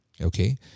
Okay